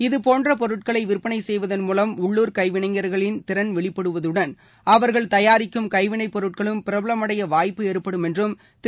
இதபோன்ற பொருட்களை விற்பனை செய்வதன் மூலம் உள்ளுர் கைவினைஞர்களின் திறன் வெளிப்படுவதுடன் அவர்கள் தயாரிக்கும் கைவினைப் பொருட்களும் பிரபலமடைய வாய்ப்பு ஏற்படும் என்றும் திரு